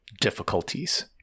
difficulties